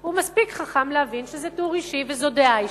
הוא מספיק חכם להבין שזה טור אישי וזאת דעה אישית.